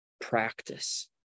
practice